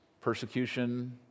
persecution